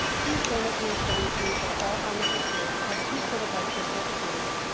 please join us in this journey to ensure all elementary schools have two certified physical educators,